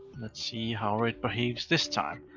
let's see how it behaves this time,